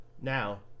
Now